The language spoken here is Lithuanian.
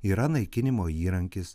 yra naikinimo įrankis